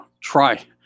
try